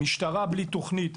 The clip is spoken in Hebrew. משטרה בלי תוכנית,